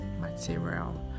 material